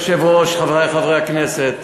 אדוני היושב-ראש, חברי חברי הכנסת,